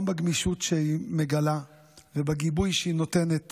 גם בגמישות שהיא מגלה ובגיבוי שהיא נותנת